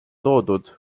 toodud